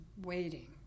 waiting